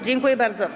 Dziękuję bardzo.